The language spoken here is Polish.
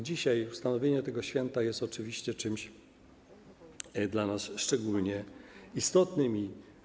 Dzisiaj ustanowienie tego święta jest oczywiście czymś dla nas szczególnie istotnym.